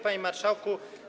Panie Marszałku!